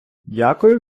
дякую